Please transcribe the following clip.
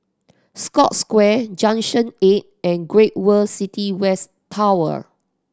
Scotts Square Junction Eight and Great World City West Tower